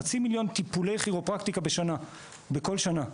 חצי מיליון טיפולי כירופרקטיקה בכל שנה.